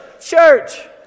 Church